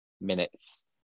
minutes